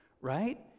right